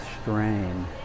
strain